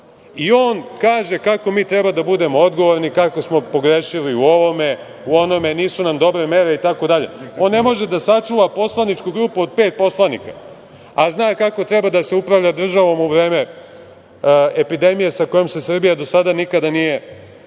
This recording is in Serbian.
kaže kako mi treba da budemo odgovorni, kako smo pogrešili u ovome, u onome, nisu nam dobre mere, itd. On ne može da sačuva poslaničku grupu od pet poslanika, a zna kako treba da se upravlja državom u vreme epidemije sa kojom se Srbija do sada nikada nije